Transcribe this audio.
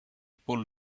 pull